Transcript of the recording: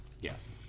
Yes